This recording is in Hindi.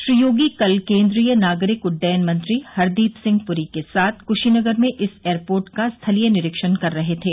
श्री योगी कल केन्द्रीय नागरिक उड़डयन मंत्री हरदीप सिंह पूरी के साथ कृशीनगर में इस एयरपोर्ट का स्थलीय निरीक्षण कर रहे थे